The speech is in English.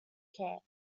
camp